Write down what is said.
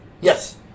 yes